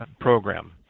program